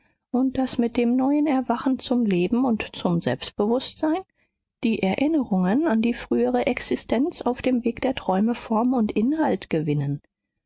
und daß mit dem neuen erwachen zum leben und zum selbstbewußtsein die erinnerungen an die frühere existenz auf dem weg der träume form und inhalt gewinnen